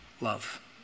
love